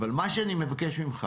אבל אני מבקש ממך